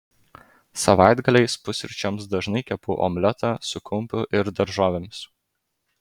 savaitgaliais pusryčiams dažnai kepu omletą su kumpiu ir daržovėmis